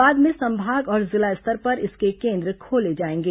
बाद में संभाग और जिला स्तर पर इसके केन्द्र खोले जाएंगे